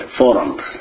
forums